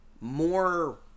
more